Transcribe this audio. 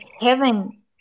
heaven